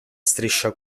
striscia